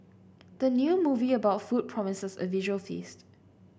the new movie about food promises a visual feast